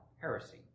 heresy